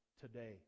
today